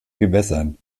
gewässern